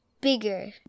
bigger